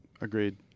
Agreed